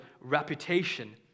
reputation